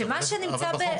שמה שנמצא בחוזר מנכ"ל עידית,